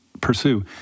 pursue